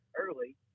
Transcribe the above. early